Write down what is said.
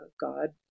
God